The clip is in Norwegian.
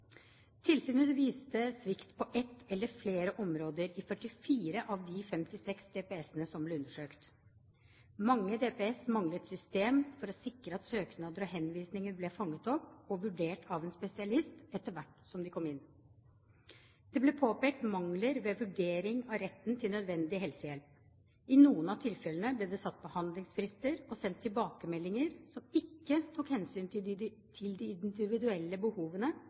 Tilsynet viste til svikt på ett eller flere områder i 44 av de 56 DPS-ene som ble undersøkt. Mange DPS-er manglet system for å sikre at søknader og henvisninger ble fanget opp og vurdert av en spesialist etter hvert som de kom inn. Det ble påpekt mangler ved vurdering av retten til nødvendig helsehjelp. I noen av tilfellene ble det satt behandlingsfrister og sendt tilbakemeldinger som ikke tok hensyn til de